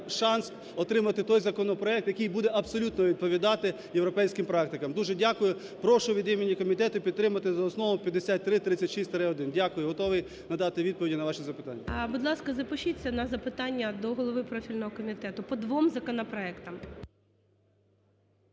шанс отримати той законопроект, який буде абсолютно відповідати європейським практикам. Дуже дякую. Прошу від імені комітету підтримати за основу 5336-1. Дякую. Готовий надати відповіді на ваші запитання. ГОЛОВУЮЧИЙ. Будь ласка, запишіться на запитання до голови профільного комітету по двом законопроектам.